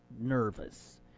nervous